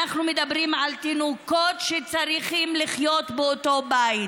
אנחנו מדברים על תינוקות שצריכים לחיות באותו בית.